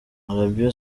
arabie